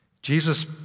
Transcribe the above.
Jesus